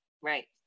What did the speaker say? Right